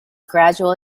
gradual